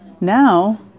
now